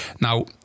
Now